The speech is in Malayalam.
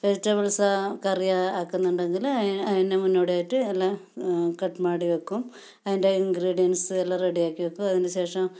വെജിറ്റബിൾസ് കറി ആക്കുന്നുണ്ടെങ്കിൽ അയ് അതിന് മുന്നോടി ആയിട്ട് എല്ലാം കട്ട് മാടി വയ്ക്കും അതിൻ്റെ ഇൻഗ്രീഡിയൻസ് എല്ലാം റെഡി ആക്കി വയ്ക്കും അതിന് ശേഷം